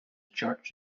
church